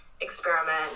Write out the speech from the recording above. experiment